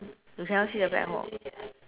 you cannot see the black hole